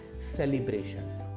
celebration